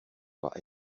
pas